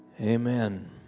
Amen